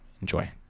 Enjoy